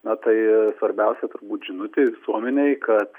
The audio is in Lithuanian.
na tai svarbiausia turbūt žinutė visuomenei kad